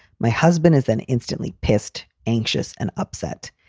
my husband is an instantly pissed, anxious and upset.